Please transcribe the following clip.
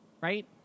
Right